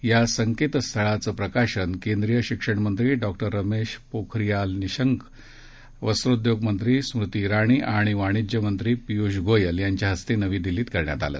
या संकेतस्थळाचं प्रकाशन केंद्रिय शिक्षण मंत्री डॉ रमेश पोखरीयाल निशंक वस्त्रोद्योग मंत्री स्मृती इराणी आणि वाणिज्य मंत्री पियुष गोयल यांच्या हस्ते नवी दिल्लीत करण्यात आलं